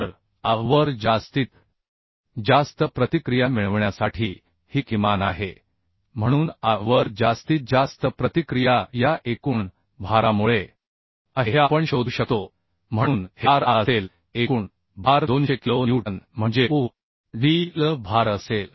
तर A वर जास्तीत जास्त प्रतिक्रिया मिळविण्यासाठी ही किमान आहे म्हणून A वर जास्तीत जास्त प्रतिक्रिया या एकूण भारामुळे आहे हे आपण शोधू शकतो म्हणून हे r A असेल एकूण भार 200 किलो न्यूटन म्हणजे u d l भार असेल